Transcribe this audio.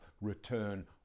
return